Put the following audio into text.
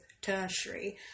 tertiary